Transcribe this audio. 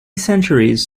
centuries